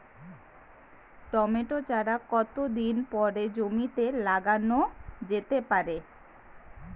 Tomato চারা কতো দিন পরে জমিতে লাগানো যেতে পারে?